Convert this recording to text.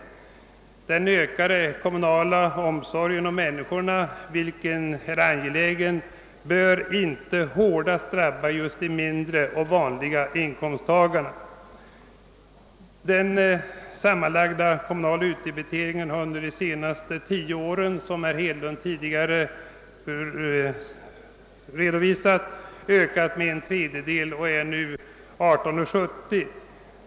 Kostnaderna för den ökade kommunala omsorgen om människorna, vilken är en angelägen sak, bör inte hårdast drabba de mindre och vanliga inkomsttagarna. Den sammanlagda kommunala utdebiteringen har under de senaste tio åren, såsom herr Hedlund tidigare redovisade, ökat med en tredjedel och den genomsnittliga skattesatsen ligger nu vid 18:70.